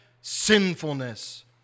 sinfulness